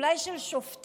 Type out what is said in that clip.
אולי של שופטים?